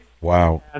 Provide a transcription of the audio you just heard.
Wow